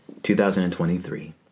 2023